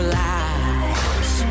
lies